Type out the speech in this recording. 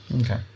Okay